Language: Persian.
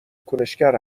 کنشگر